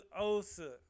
OSA